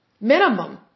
Minimum